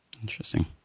Interesting